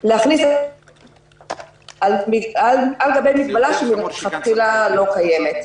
להכניס את זה על גבי מגבלה שמלכתחילה לא קיימת.